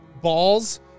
balls